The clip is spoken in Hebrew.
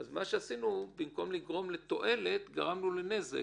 אז מה שעשינו זה שבמקום לגרום תועלת נגרום לנזק